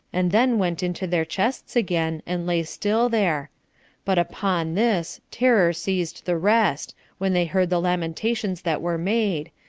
and then went into their chests again, and lay still there but, upon this, terror seized the rest, when they heard the lamentations that were made,